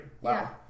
Wow